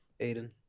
Aiden